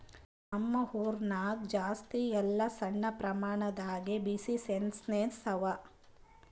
ನಮ್ ಊರಾಗ ಜಾಸ್ತಿ ಎಲ್ಲಾ ಸಣ್ಣ ಪ್ರಮಾಣ ದಾಗೆ ಬಿಸಿನ್ನೆಸ್ಸೇ ಅವಾ